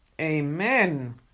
Amen